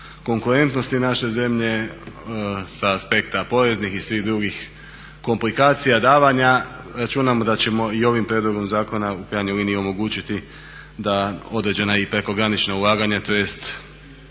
konkurentnosti naše zemlje sa aspekta poreznih i svih drugih komplikacija, davanja. Računamo da ćemo i ovim prijedlogom zakona u krajnjoj liniji omogućiti da određena i prekogranična ulaganja, tj.